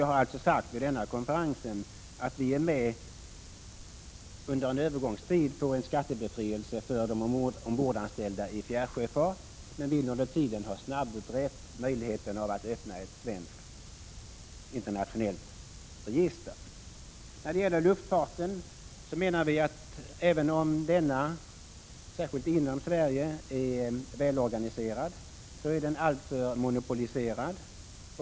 Jag har alltså sagt vid denna konferens att vi under en övergångstid är med på en skattebefrielse för de ombordanställda i fjärrsjöfart men vill under tiden ha möjligheten av att öppna ett svenskt internationellt register snabbutredd. När det gäller luftfarten menar vi att även om denna särskilt inom Sverige är välorganiserad, är den alltför monopoliserad.